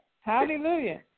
Hallelujah